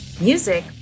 Music